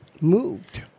moved